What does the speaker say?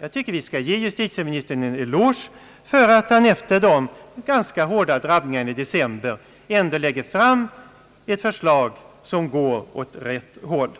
Jag tycker vi skall ge justitieministern en eloge för att han efter de ganska hårda drabbningarna i december ändå lägger fram ett förslag som går åt rätt håll.